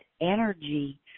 energy